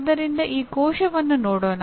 ಆದ್ದರಿಂದ ಈ ಕೋಶವನ್ನು ನೋಡೋಣ